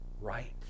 right